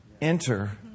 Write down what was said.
enter